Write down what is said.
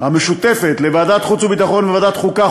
המשותפת לוועדת חוץ וביטחון ולוועדת חוקה,